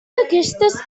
aquestes